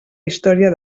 història